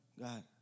God